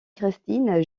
christine